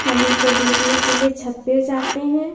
हम उनको देखने के लिए छत पर जाते हैं